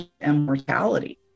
immortality